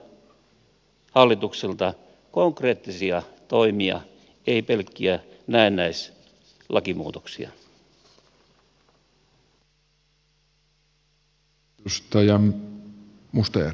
odotan hallitukselta konkreettisia toimia ei pelkkiä näennäisiä lakimuutoksia